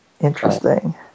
interesting